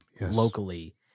locally